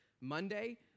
Monday